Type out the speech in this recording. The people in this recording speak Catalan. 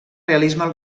realisme